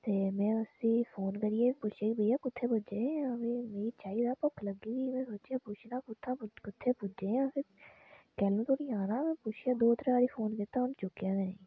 ते में उसी फोन करियै बी पुच्छेआ बेइया कुत्थै पुज्जे मिगी जलदी चाहिदा भुक्ख लग्गी दी फ्ही में सोचेआ पुच्छना कुत्थै पुज्जे कोलै धोडी औना ते में दो त्रै बारी फोन कीता उ'नें चुक्केआ गै निं